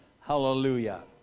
Hallelujah